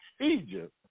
Egypt